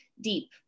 deep